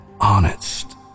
honest